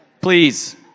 Please